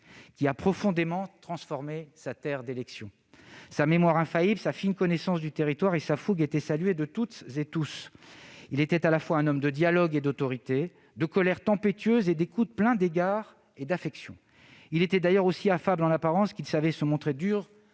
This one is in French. qui a profondément transformé sa terre d'élection. Sa mémoire infaillible, sa fine connaissance du territoire et sa fougue étaient saluées de toutes et tous. Il était à la fois un homme de dialogue et d'autorité, de colères tempétueuses et d'écoute pleine d'égards et d'affection. Il était d'ailleurs aussi affable en apparence qu'il savait se montrer dur